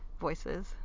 voices